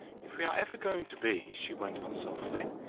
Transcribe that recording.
if we are ever going to be, she went on softly,